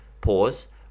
Pause